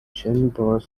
chamber